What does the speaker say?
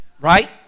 right